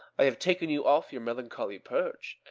i have taken you off your melancholy perch,